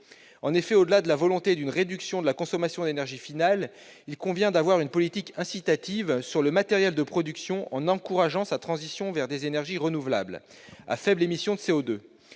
En effet, au-delà de la volonté de réduire la consommation d'énergie finale, il convient de mener une politique incitative sur le matériel de production, en encourageant la transition de celui-ci vers des énergies renouvelables à faibles émissions de CO2.